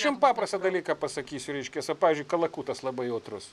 jum paprastą dalyką pasakysiu reiškias va pavyzdžiui kalakutas labai jautrus